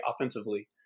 offensively